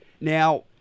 Now